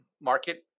market